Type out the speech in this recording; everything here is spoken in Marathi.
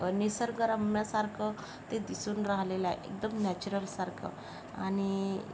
निसर्गरम्य सारखं ते दिसून राहिलेलं आहे एकदम नॅचरलसारखं आणि